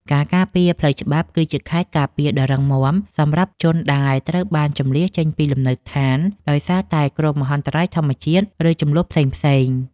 ការការពារផ្លូវច្បាប់ គឺជាខែលការពារដ៏រឹងមាំសម្រាប់ជនដែលត្រូវបានជម្លៀសចេញពីលំនៅឋានដោយសារតែគ្រោះមហន្តរាយធម្មជាតិ ឬជម្លោះផ្សេងៗ។